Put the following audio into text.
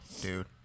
dude